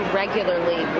regularly